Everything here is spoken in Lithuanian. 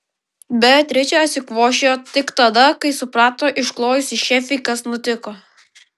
beatričė atsikvošėjo tik tada kai suprato išklojusi šefei kas nutiko